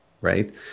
right